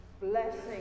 Blessing